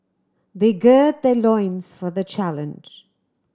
they gird their loins for the challenge